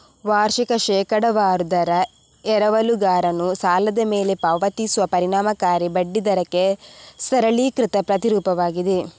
ವಾರ್ಷಿಕ ಶೇಕಡಾವಾರು ದರ ಎರವಲುಗಾರನು ಸಾಲದ ಮೇಲೆ ಪಾವತಿಸುವ ಪರಿಣಾಮಕಾರಿ ಬಡ್ಡಿ ದರಕ್ಕೆ ಸರಳೀಕೃತ ಪ್ರತಿರೂಪವಾಗಿದೆ